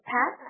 Pat